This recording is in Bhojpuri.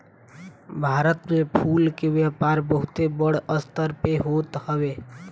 भारत में फूल के व्यापार बहुते बड़ स्तर पे होत हवे